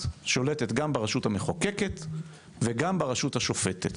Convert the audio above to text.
שולטת גם ברשות המחוקקת וגם ברשות השופטת.